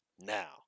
now